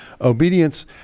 obedience